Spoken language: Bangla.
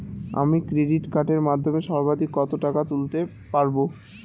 আমি ক্রেডিট কার্ডের মাধ্যমে সর্বাধিক কত টাকা তুলতে পারব?